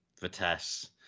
Vitesse